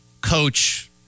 coach –